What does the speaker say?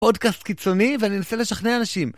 פודקאסט קיצוני ואני אנסה לשכנע אנשים.